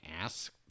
ask